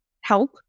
help